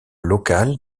local